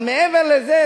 אבל מעבר לזה,